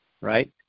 right